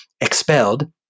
expelled